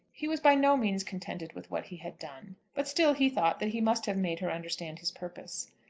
he was by no means contented with what he had done, but still he thought that he must have made her understand his purpose.